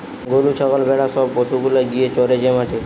গরু ছাগল ভেড়া সব পশু গুলা গিয়ে চরে যে মাঠে